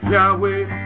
Yahweh